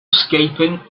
escaping